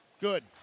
good